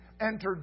entered